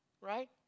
Right